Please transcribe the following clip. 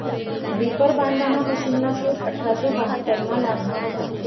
reaper बांधाना मशिनना शोध अठराशे बहात्तरमा लागना व्हता